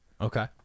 Okay